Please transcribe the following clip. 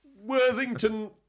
Worthington